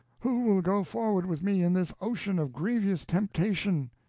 who will go forward with me in this ocean of grievous temptation?